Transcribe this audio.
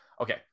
okay